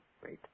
great